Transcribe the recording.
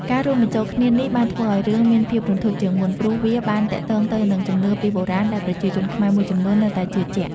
ការរួមបញ្ចូលគ្នានេះបានធ្វើឲ្យរឿងមានភាពរន្ធត់ជាងមុន ព្រោះវាបានទាក់ទងទៅនឹងជំនឿពីបុរាណដែលប្រជាជនខ្មែរមួយចំនួននៅតែជឿជាក់។